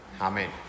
Amen